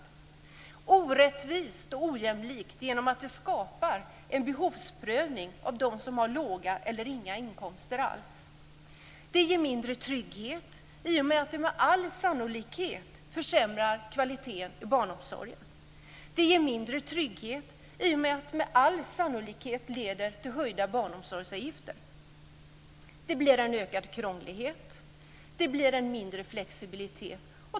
Det är orättvist och ojämlikt genom att det skapar en behovsprövning för dem som har låga inkomster eller inga inkomster alls. Det ger mindre trygghet i och med att det med all sannolikhet försämrar kvaliteten i barnomsorgen. Det ger mindre trygghet i och med att det med all sannolikhet leder till höjda barnomsorgsavgifter. Det blir ökad krånglighet. Det blir mindre flexibilitet.